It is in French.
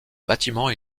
bâtiment